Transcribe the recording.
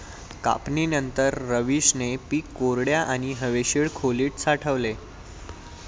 कापणीनंतर, रवीशने पीक कोरड्या आणि हवेशीर खोलीत साठवले